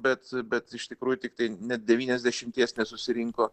bet bet iš tikrųjų tiktai net devyniasdešimties nesusirinko